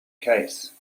case